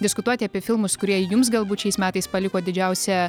diskutuoti apie filmus kurie jums galbūt šiais metais paliko didžiausią